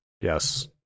Yes